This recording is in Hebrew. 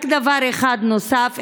רק דבר אחד נוסף.